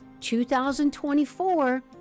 2024